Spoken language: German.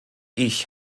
ich